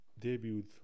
debuted